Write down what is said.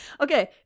Okay